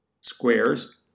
Squares